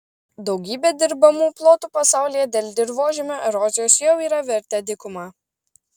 daugybė dirbamų plotų pasaulyje dėl dirvožemio erozijos jau yra virtę dykuma